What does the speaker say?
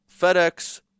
FedEx